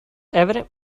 evident